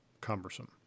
cumbersome